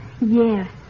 Yes